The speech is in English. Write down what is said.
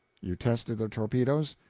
you tested the torpedoes?